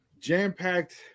jam-packed